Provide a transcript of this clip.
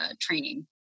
training